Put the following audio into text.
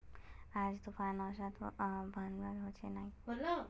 आज तूफ़ान ओसवार संभावना होचे या नी छे?